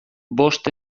bost